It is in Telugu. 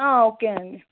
ఓకే అండి